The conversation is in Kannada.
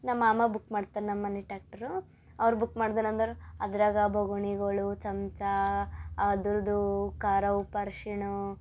ನಮ್ಮ ಮಾಮ ಬುಕ್ ಮಾಡ್ತರೆ ನಮ್ಮ ಮನೆ ಟ್ಯಾಕ್ಟ್ರು ಅವ್ರು ಬುಕ್ ಮಾಡ್ದ್ರು ಅಂದರೆ ಅದರಾಗ ಬೊಗಣಿಗಳು ಚಮಚ ಅದ್ರದ್ದು ಖಾರ ಉಪ್ಪು ಅರ್ಶಿಣ